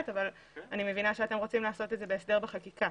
אבל אני מבינה שאתם רוצים לעשות את זה בהסדר בחקיקה.